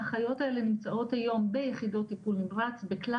האחיות האלה נמצאות היום ביחידות טיפול נמרץ בכלל